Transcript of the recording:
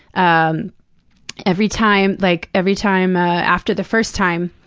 um every time like every time ah after the first time,